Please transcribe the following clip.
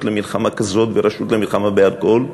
למלחמה כזאת ורשות למלחמה באלכוהול,